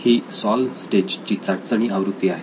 ही solve stage ची चाचणी आवृत्ती आहे